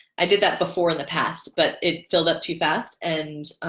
i did that before in the past but it filled up too fast and